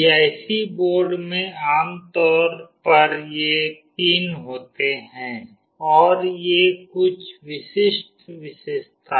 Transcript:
PIC board में आमतौर पर ये पिन होते हैं और ये कुछ विशिष्ट विशेषताएं हैं